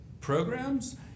programs